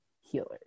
healers